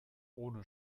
ohne